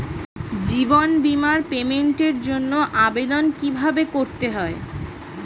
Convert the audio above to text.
জীবন বীমার পেমেন্টের জন্য আবেদন কিভাবে করতে হয়?